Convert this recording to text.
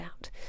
out